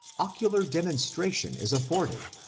occular demonstration is af forded,